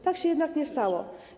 Tak się jednak nie stało.